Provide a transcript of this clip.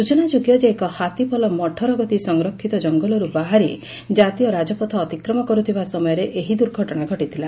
ସୂଚନାଯୋଗ୍ୟ ଯେ ଏକ ହାତୀପଲ ମଠରଗତି ସଂରକ୍ଷିତ କଙ୍ଙଲରୁ ବାହାରି ଜାତୀୟ ରାଜପଥ ଅତିକ୍ରମ କରୁଥିବା ସମୟରେ ଏହି ଦୁର୍ଘଟଣା ଘଟିଥିଲା